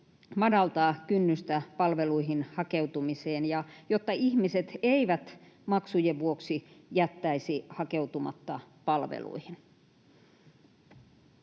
madaltaa kynnystä palveluihin hakeutumiseen ja jotta ihmiset eivät maksujen vuoksi jättäisi hakeutumatta palveluihin.